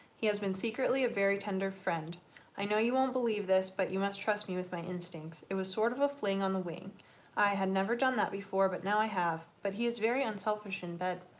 he has been secretly a very tender friend i know you won't believe this but you must trust me with my instincts it was sort of a fling on the wing i had never done that before but now i have. but he is very unselfish in bed.